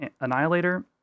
annihilator